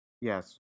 yes